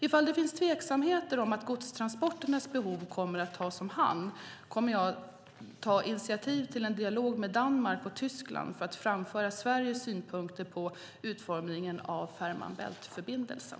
Ifall det finns tveksamheter om att godstransporternas behov kommer att tas om hand kommer jag att ta initiativ till en dialog med Danmark och Tyskland för att framföra Sveriges synpunkter på utformningen av Fehmarn bält-förbindelsen.